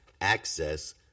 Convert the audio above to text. Access